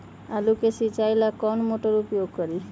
आलू के सिंचाई ला कौन मोटर उपयोग करी?